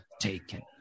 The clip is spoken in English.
taken